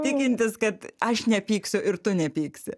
tikintis kad aš nepyksiu ir tu nepyksi